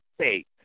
state